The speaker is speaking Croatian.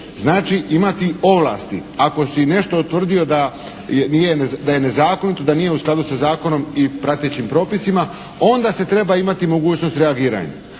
znači imati ovlasti. Ako si nešto utvrdio da je nezakonito, da nije u skladu sa zakonom i pratećim propisima onda se treba imati mogućnosti reagiranja,